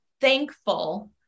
thankful